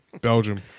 Belgium